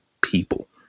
people